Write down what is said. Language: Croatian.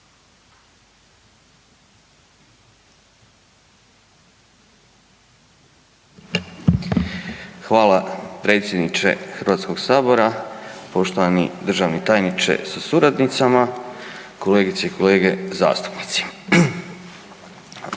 predsjedniče Hrvatskog sabora, uvaženi državni tajniče sa suradnicima, kolegice i kolege, lobisti pod svaku